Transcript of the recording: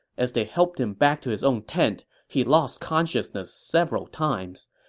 as they helped him back to his own tent, he lost consciousness several times.